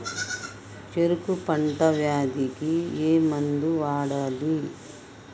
చెరుకు పంట వ్యాధి కి ఏ మందు వాడాలి?